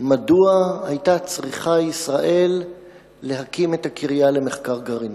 מדוע היתה צריכה ישראל להקים את הקריה למחקר גרעיני,